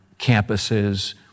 campuses